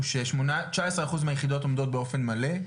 הם שתשעה עשר אחוז מהיחידות עומדות באופן מלא,